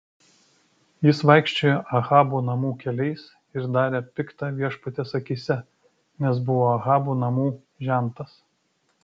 jis vaikščiojo ahabo namų keliais ir darė pikta viešpaties akyse nes buvo ahabo namų žentas